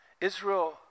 Israel